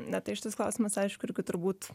na tai šitas klausimas aišku irgi turbūt